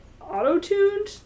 auto-tuned